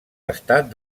estat